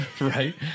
right